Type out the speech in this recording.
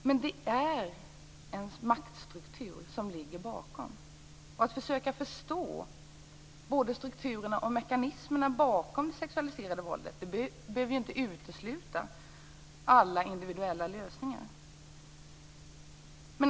Men det är en maktstruktur som ligger bakom. Att försöka förstå både strukturerna och mekanismerna bakom det sexualiserade våldet behöver inte utesluta alla individuella lösningar.